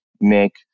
make